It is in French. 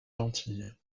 gentille